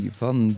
van